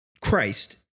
Christ